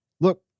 Look